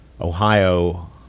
Ohio